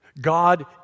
God